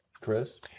Chris